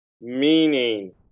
Meaning